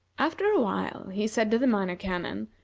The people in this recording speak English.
after a while he said to the minor canon,